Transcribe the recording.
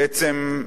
בעצם,